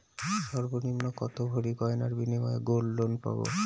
সর্বনিম্ন কত ভরি গয়নার বিনিময়ে গোল্ড লোন পাব?